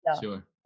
Sure